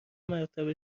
مرتبه